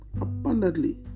abundantly